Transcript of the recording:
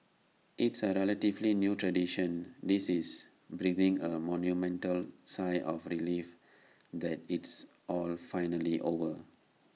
it's A relatively new tradition this is breathing A monumental sigh of relief that it's all finally over